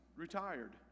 retired